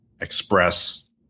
express